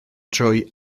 trwy